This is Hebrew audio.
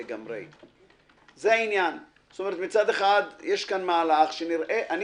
זה לא משהו שיוצא נגדנו, אנחנו לא